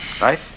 right